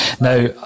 now